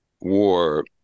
war